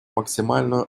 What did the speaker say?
максимальную